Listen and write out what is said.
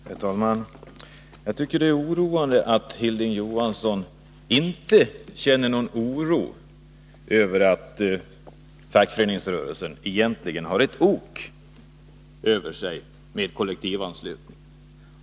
Herr talman! Jag tycker att det är oroande att Hilding Johansson inte känner någon oro över att fackföreningsrörelsen egentligen har ett ok över sig med kollektivanslutningen.